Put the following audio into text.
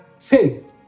faith